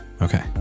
okay